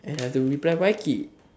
and have to reply Wai-Kit